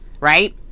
right